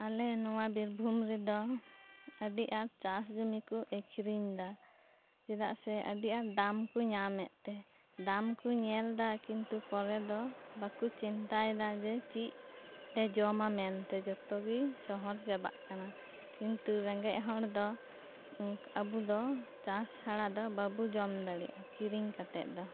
ᱟᱞᱮ ᱱᱚᱶᱟ ᱵᱤᱨᱵᱷᱩᱢ ᱨᱮᱫᱚ ᱟᱰᱤ ᱟᱸᱴ ᱪᱟᱥ ᱡᱚᱢᱤ ᱠᱚ ᱟᱠᱷᱨᱤᱧ ᱮᱫᱟ ᱪᱮᱫᱟᱜ ᱥᱮ ᱟᱰᱤ ᱟᱸᱴ ᱫᱟᱢ ᱠᱚ ᱧᱟᱢᱮᱫ ᱛᱮ ᱫᱟᱢ ᱠᱚ ᱧᱮᱞ ᱮᱫᱟ ᱠᱤᱱᱛᱩ ᱯᱚᱨᱮ ᱫᱚ ᱵᱟᱠᱚ ᱪᱤᱱᱛᱟᱹ ᱮᱫᱟ ᱡᱮ ᱪᱮᱫ ᱞᱮ ᱡᱚᱢᱟ ᱢᱮᱱᱛᱮ ᱡᱷᱚᱛᱚ ᱜᱮ ᱥᱚᱦᱚᱨ ᱪᱟᱵᱟᱜ ᱠᱟᱱᱟ ᱠᱤᱱᱛᱩ ᱨᱮᱸᱜᱮᱡ ᱦᱚᱲ ᱫᱚ ᱟᱵᱚ ᱫᱚ ᱪᱟᱥ ᱪᱷᱟᱲᱟ ᱫᱚ ᱵᱟᱵᱚ ᱡᱚᱢ ᱫᱟᱲᱮᱭᱟᱜᱼᱟ ᱠᱤᱨᱤᱧ ᱠᱟᱛᱮᱫ ᱫᱚ